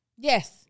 Yes